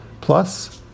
plus